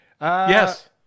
Yes